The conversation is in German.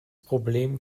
problem